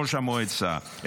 ראש המועצה,